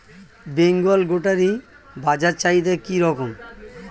বেঙ্গল গোটারি বাজার চাহিদা কি রকম?